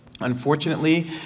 Unfortunately